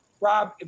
Rob